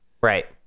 right